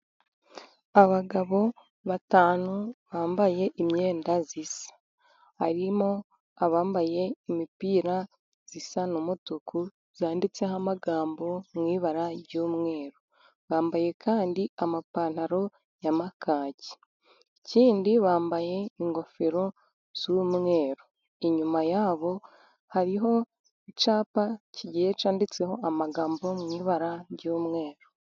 Abagabo batanu bambaye imyenda isa, harimo abambaye imipira isa n'umutuku yanditseho amagambo mu ibara ry'umweru, bambaye kandi amapantaro y'amakaki , ikindi bambaye ingofero z'umweru, inyuma yabo hariho icyapa kigiye cyanditseho amagambo mu ibara ry'umweru.